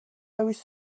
always